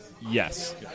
Yes